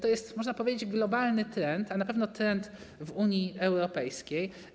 To jest, można powiedzieć, globalny trend, ale na pewno trend widoczny w Unii Europejskiej.